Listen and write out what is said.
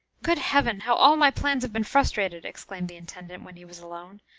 good heaven! how all my plans have been frustrated! exclaimed the intendant, when he was alone.